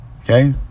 Okay